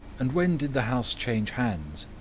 and when did the house change hands?